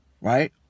right